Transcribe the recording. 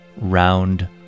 round